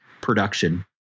production